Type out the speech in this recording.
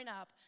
up